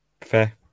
Fair